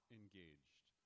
engaged